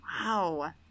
Wow